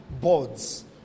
boards